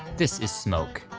this is smoke.